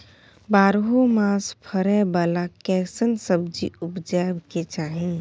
बारहो मास फरै बाला कैसन सब्जी उपजैब के चाही?